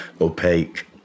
opaque